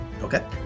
Okay